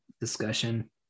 discussion